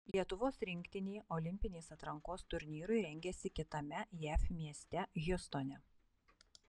lietuvos rinktinė olimpinės atrankos turnyrui rengiasi kitame jav mieste hjustone